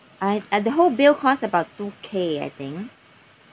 I uh the whole bill cost about two K I think